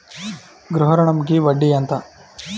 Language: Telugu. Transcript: గృహ ఋణంకి వడ్డీ ఎంత?